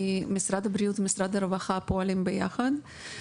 משרד הבריאות ומשרד הרווחה פועלים יחד.